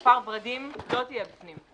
כפר ורדים לא תהיה בפנים.